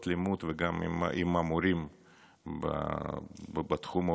לימוד וגם עם המורים בתחום האולפנים.